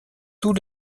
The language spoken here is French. tous